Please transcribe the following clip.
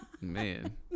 man